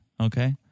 Okay